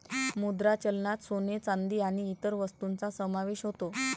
मुद्रा चलनात सोने, चांदी आणि इतर वस्तूंचा समावेश होतो